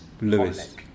Lewis